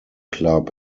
club